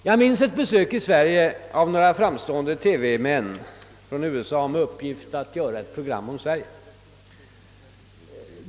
Jag minns ett besök av några framstående TV-män från USA som hade till uppgift att göra ett program om Sverige.